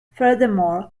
furthermore